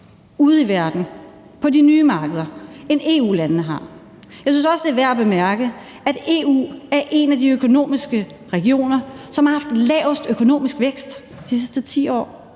ude i verden på de nye markeder, end EU-landene har. Jeg synes også, det er værd at bemærke, at EU er en af de økonomiske regioner, som har haft lavest økonomisk vækst de sidste 10 år,